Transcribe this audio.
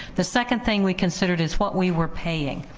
the second thing we considered is what we were paying.